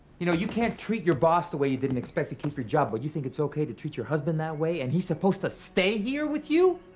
you know you can't treat your boss the way you did and expect to keep your job. but you think it's okay to treat your husband that way, and he's supposed to stay here with you?